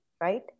right